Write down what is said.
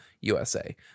USA